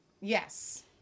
Yes